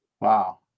Wow